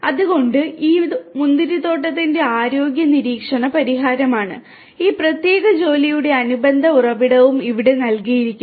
അതിനാൽ ഇത് മുന്തിരിത്തോട്ടത്തിന്റെ ആരോഗ്യ നിരീക്ഷണ പരിഹാരമാണ് ഈ പ്രത്യേക ജോലിയുടെ അനുബന്ധ ഉറവിടവും ഇവിടെ നൽകിയിരിക്കുന്നു